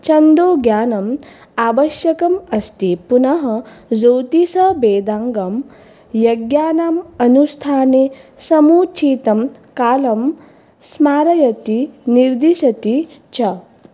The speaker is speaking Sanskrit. छन्दोज्ञानम् आवश्यकम् अस्ति पुनः जोतिषवेदाङ्गं यज्ञानाम् अनुष्ठाने समुचितं कालं स्मारयति निर्दिशति च